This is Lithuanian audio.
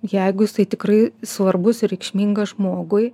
jeigu jisai tikrai svarbus ir reikšmingas žmogui